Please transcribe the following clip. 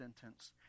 sentence